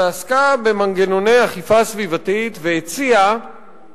שעסקה במנגנוני אכיפה סביבתית, והציעה